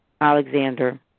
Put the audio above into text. Alexander